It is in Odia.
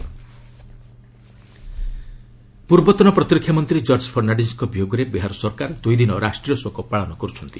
ଫର୍ଣ୍ଣାଣ୍ଡିଜ୍ ବିହାର ପୂର୍ବତନ ପ୍ରତିରକ୍ଷା ମନ୍ତ୍ରୀ ଜର୍ଜ ଫଶ୍ଚାଣ୍ଡିଜ୍ଙ୍କ ବିୟୋଗରେ ବିହାର ସରକାର ଦୁଇ ଦିନ ରାଷ୍ଟ୍ରୀୟ ଶୋକ ପାଳନ କରିଛନ୍ତି